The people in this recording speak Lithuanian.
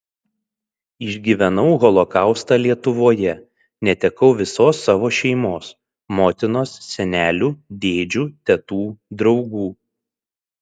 išgyvenau holokaustą lietuvoje netekau visos savo šeimos motinos senelių dėdžių tetų draugų